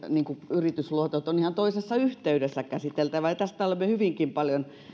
yritysluotot ovat ihan toisessa yhteydessä käsiteltävä ja tästä olemme hyvinkin paljon